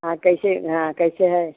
हाँ कैसे हाँ कैसे है